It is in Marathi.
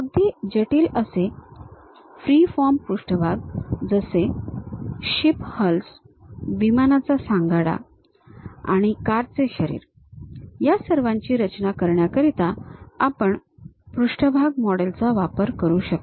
अगदी जटिल असे फ्री फॉर्म्ड पृष्ठभाग जसे शिप हल्स विमानाचा सांगाडा आणि कार चे शरीर ह्या सर्वांची रचना करण्याकरिता आपण पृष्ठभाग मॉडेल चा वापर करू शकतो